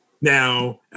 Now